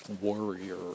warrior